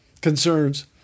concerns